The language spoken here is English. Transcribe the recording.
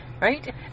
Right